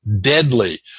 deadly